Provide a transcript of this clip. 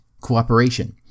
cooperation